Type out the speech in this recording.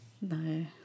No